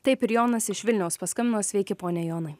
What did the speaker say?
taip ir jonas iš vilniaus paskambino sveiki pone jonai